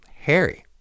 Harry